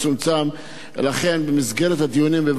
לכן, במסגרת הדיונים בוועדת הכלכלה,